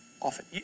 Often